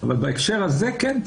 אבל בהקשר הזה כן,